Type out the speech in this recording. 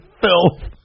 filth